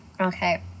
okay